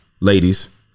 ladies